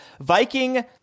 Viking